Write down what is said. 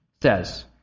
says